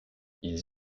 ils